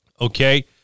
Okay